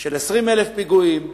של 20,000 פיגועים,